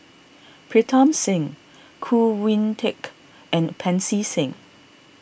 Pritam Singh Khoo Oon Teik and Pancy Seng